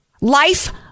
life